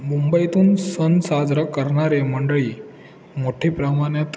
मुंबईतून सण साजरं करणारे मंडळी मोठी प्रमाणात